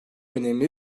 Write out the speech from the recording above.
önemli